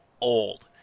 old